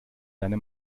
deine